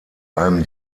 allem